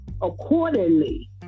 accordingly